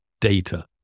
data